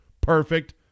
Perfect